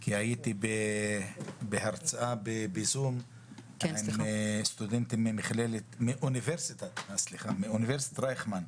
כי הייתי בהרצאה עם סטודנטים מאוניברסיטת רייכמן.